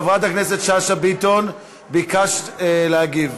חברת הכנסת שאשא ביטון, ביקשת להגיב.